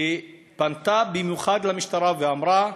שפנתה במיוחד למשטרה ואמרה: